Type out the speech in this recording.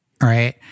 right